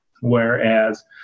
Whereas